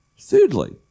Thirdly